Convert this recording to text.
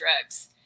drugs